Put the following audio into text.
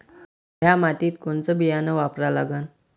थ्या मातीत कोनचं बियानं वापरा लागन?